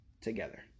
together